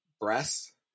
Breasts